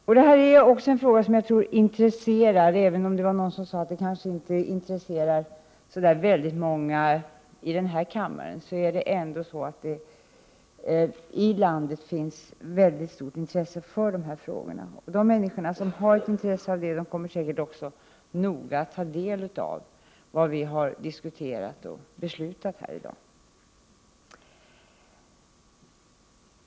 Jag tror också att detta är en fråga som intresserar, även om någon sade att frågan kanske inte intresserar så många i den här kammaren. Det finns ändå i landet ett mycket stort intresse för de här frågorna, och de människor som har ett sådant intresse kommer säkert att noga ta del av vad vi har diskuterat och beslutat här i dag.